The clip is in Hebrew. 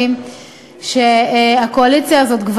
אני חושבת שהקואליציה הזאת,